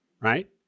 right